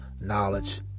knowledge